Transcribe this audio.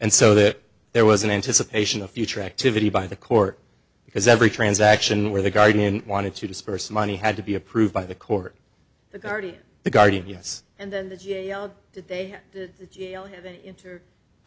and so that there was an anticipation of future activity by the court because every transaction where the guardian wanted to disperse money had to be approved by the court the guardian the guardian yes and then that you know they